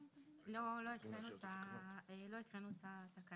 לא הקראנו את התקנות.